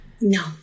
no